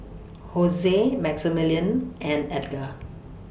Jose Maximillian and Edgar